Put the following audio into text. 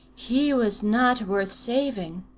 he was not worth saving.